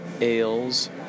ales